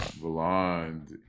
Blonde